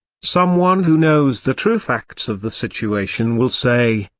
someone who knows the true facts of the situation will say,